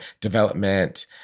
development